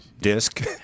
disc